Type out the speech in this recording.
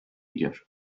gidiyor